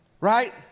Right